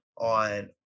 on